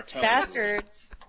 bastards